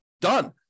Done